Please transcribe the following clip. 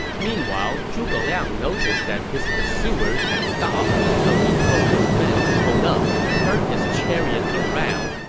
meanwhile, zhuge liang noticed that his pursuers had stopped, so he told his men to hold up, turn his chariot around,